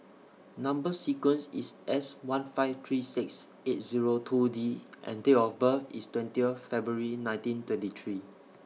Number sequence IS S one five three six eight Zero two D and Date of birth IS twenty Year February nineteen twenty three